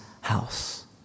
house